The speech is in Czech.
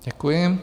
Děkuji.